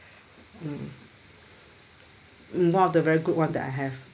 mm one of the very good [one] that I have